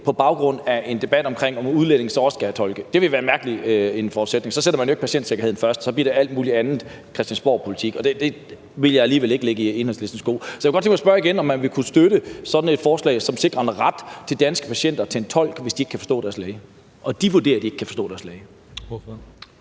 på baggrund af en debat om, hvorvidt udlændinge så også skal have tolke. Det vil være en mærkelig forudsætning. Så sætter man jo ikke patientsikkerheden først, for så kommer det til at handle om alt mulig andet christiansborgpolitik, og det vil jeg alligevel ikke skyde Enhedslisten i skoene. Så jeg kunne godt tænke mig at spørge igen, om man ville kunne støtte sådan et forslag, som sikrer en ret for danske patienter til en tolk, hvis de ikke kan forstå eller vurderer, at de ikke forstår deres læge. Kl.